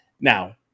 Now